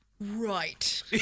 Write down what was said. Right